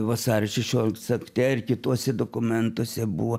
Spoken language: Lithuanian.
vasario šešioliktos akte ir kituose dokumentuose buvo